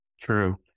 True